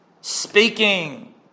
speaking